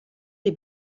les